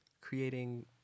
creating